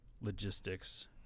logistics